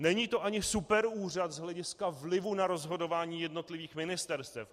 Není to ani superúřad z hlediska vlivu na rozhodování jednotlivých ministerstev.